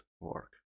work